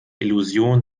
illusion